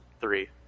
three